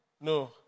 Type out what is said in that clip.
No